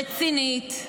רצינית,